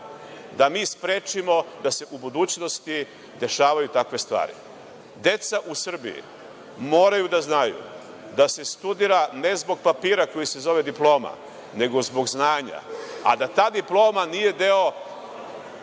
da mi sprečimo da se u budućnosti dešavaju takve stvari. Deca u Srbiji moraju da znaju da se studira ne zbog papira koji se zove diploma, nego zbog znanja, a da ta diploma nije deo